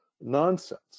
nonsense